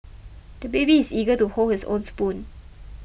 the baby is eager to hold his own spoon